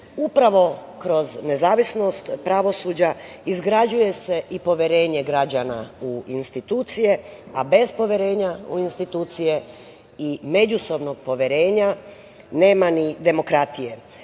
Upravo kroz nezavisnost pravosuđa izgrađuje se i poverenje građana u institucije, a bez poverenja u institucije i međusobnog poverenja, nema ni demokratije.